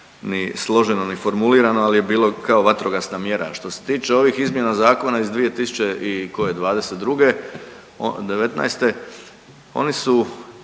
ni složeno ni formulirano, ali je bio kao vatrogasna mjera. Što se tiče ovih izmjena zakona iz 2022., '19.,